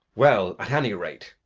well, at any rate,